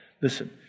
Listen